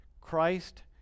Christ